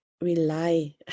rely